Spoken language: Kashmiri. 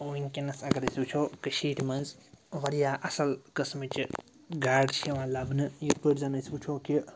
وٕنۍکٮ۪نَس اگر أسۍ وٕچھو کٔشیٖرِ منٛز واریاہ اَصٕل قٕسمچہٕ گاڈٕ چھِ یِوان لَبنہٕ یِتھ پٲٹھۍ زَن أسۍ وٕچھو کہِ